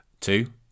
Two